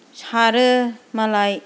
सारो मालाय